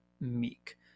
meek